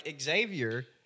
Xavier